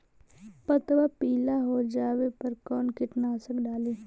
पतबा पिला हो जाबे पर कौन कीटनाशक डाली?